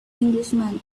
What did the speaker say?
englishman